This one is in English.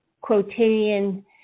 quotidian